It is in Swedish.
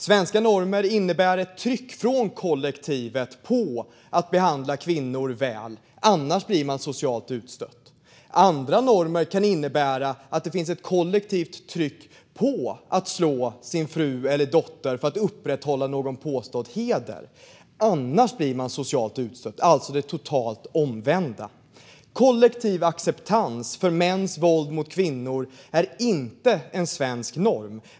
Svenska normer innebär ett tryck från kollektivet på att behandla kvinnor väl; annars blir man socialt utstött. Andra normer kan innebära att det finns ett kollektivt tryck på att slå sin fru eller dotter för att upprätthålla någon påstådd heder; annars blir man socialt utstött. Det är alltså det totalt omvända. Kollektiv acceptans av mäns våld mot kvinnor är inte en svensk norm.